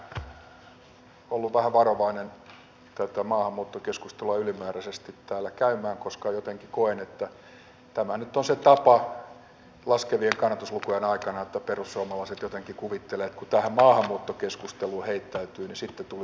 olen ollut vähän varovainen tätä maahanmuuttokeskustelua ylenmääräisesti täällä käymään koska jotenkin koen että tämä nyt on se tapa laskevien kannatuslukujen aikana että perussuomalaiset jotenkin kuvittelevat että kun tähän maahanmuuttokeskusteluun heittäytyy niin sitten tulisi jotain sympatiaa